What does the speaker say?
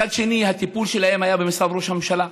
מצד שני, הטיפול שלהם היה במשרד ראש הממשלה.